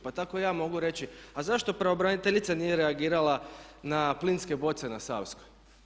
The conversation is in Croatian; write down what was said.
Pa tako ja mogu reći a zašto pravobraniteljica nije reagirala na plinske boce na Savskoj?